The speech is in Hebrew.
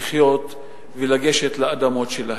לחיות ולגשת לאדמות שלהם.